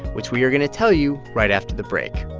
which we are going to tell you right after the break